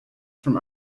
from